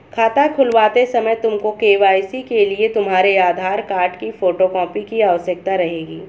खाता खुलवाते समय तुमको के.वाई.सी के लिए तुम्हारे आधार कार्ड की फोटो कॉपी की आवश्यकता रहेगी